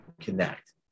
connect